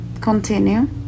continue